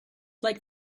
like